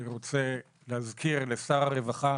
אני רוצה להזכיר לשר הרווחה